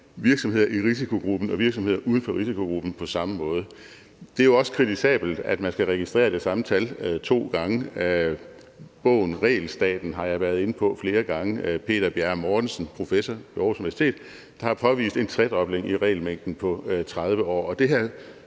virksomheder i risikogruppen og virksomheder uden for risikogruppen på samme måde. Det er jo også kritisabelt, at man skal registrere det samme tal to gange. Bogen »Regelstaten« har jeg været inde på flere gange, som er af Peter Bjerre Mortensen, professor ved Aarhus Universitet, som har påvist en tredobling i regelmængden på 30 år,